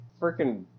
freaking